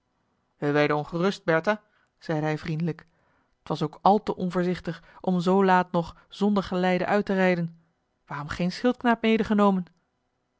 wij werden ongerust bertha zeide hij vriendelijk t was ook al te onvoorzichtig om zoo laat nog zonder geleide uit te rijden waarom geen schildknaap medegenomen